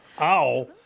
Ow